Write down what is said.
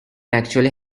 actually